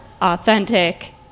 authentic